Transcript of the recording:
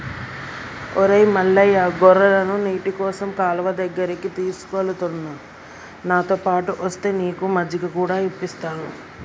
ఒరై మల్లయ్య గొర్రెలను నీటికోసం కాలువ దగ్గరికి తీసుకుఎలుతున్న నాతోపాటు ఒస్తే నీకు మజ్జిగ కూడా ఇప్పిస్తాను